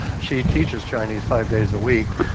she teaches chinese five days a week.